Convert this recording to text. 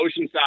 Oceanside